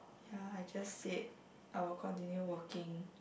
ya I just said I will continue working